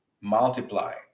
multiply